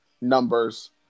numbers